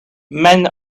man